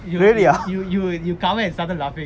you you you you cover and started laughing